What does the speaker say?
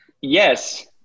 yes